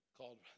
called